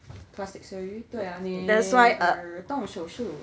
plastic surgery 对 ah 你 err 动手术